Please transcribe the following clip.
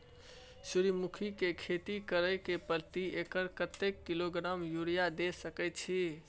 सूर्यमुखी के खेती करे से प्रति एकर कतेक किलोग्राम यूरिया द सके छी?